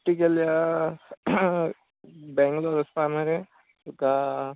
ती गेल्या बँगलोर वचपा मरे तुका